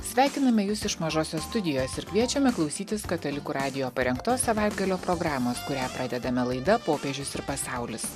sveikiname jus iš mažosios studijos ir kviečiame klausytis katalikų radijo parengtos savaitgalio programos kurią pradedame laida popiežius ir pasaulis